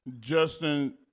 Justin